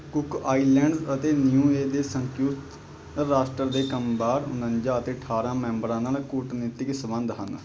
cook Islands ਅਤੇ Niue ਦੇ ਸੰਯੁਕਤ ਰਾਸ਼ਟਰ ਦੇ ਕ੍ਰਮਵਾਰ ਉਣੰਜਾ ਅਤੇ ਅਠਾਰ੍ਹਾਂ ਮੈਂਬਰਾਂ ਨਾਲ ਕੂਟਨੀਤਕ ਸੰਬੰਧ ਹਨ